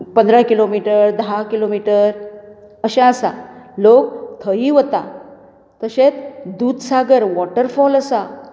पंदरा किलोमिटर धा किलोमिटर अशें आसा लोक थंयय वता तशेंच दुदसागर वॉटरफॉल आसा